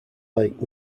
lake